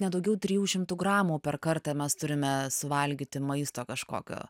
ne daugiau trijų šimtų gramų per kartą mes turime suvalgyti maisto kažkokio